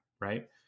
right